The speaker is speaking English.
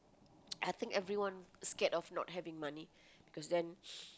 I think everyone scared of not having money cause then